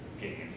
games